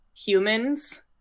humans